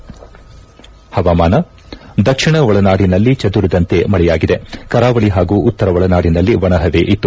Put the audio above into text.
ಇನ್ನು ಹವಾವರ್ತಮಾನ ದಕ್ಷಿಣ ಒಳನಾಡಿನಲ್ಲಿ ಚದುರಿದಂತೆ ಮಳೆಯಾಗಿದೆ ಕರಾವಳಿ ಹಾಗೂ ಉತ್ತರ ಒಳನಾಡಿನಲ್ಲಿ ಒಣಹವೆ ಇತ್ತು